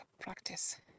practice